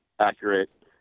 accurate